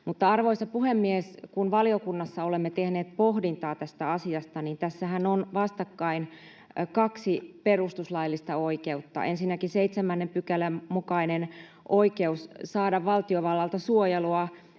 arvoisa puhemies, kun valiokunnassa olemme tehneet pohdintaa tästä asiasta, tässähän on vastakkain kaksi perustuslaillista oikeutta: ensinnäkin 7 §:n mukainen oikeus saada valtiovallalta suojelua